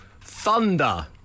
Thunder